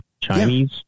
Chinese